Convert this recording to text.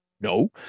No